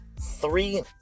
three